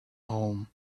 home